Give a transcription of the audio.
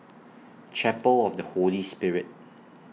Chapel of The Holy Spirit